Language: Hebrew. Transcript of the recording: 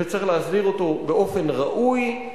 וצריך להסדיר אותו באופן ראוי,